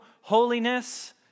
holiness